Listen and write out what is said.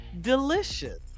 delicious